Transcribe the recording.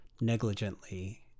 negligently